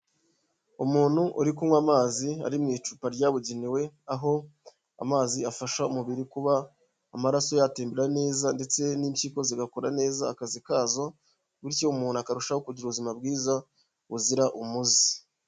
Umuntu uri kunywa amazi ari mu icupa ryabugenewe, aho amazi afasha umubiri kuba amaraso yatembera neza ndetse n'impyiko zigakora neza akazi kazo bityo umuntu akarushaho kugira ubuzima bwiza buzira umuze.